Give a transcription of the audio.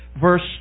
verse